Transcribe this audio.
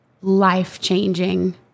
life-changing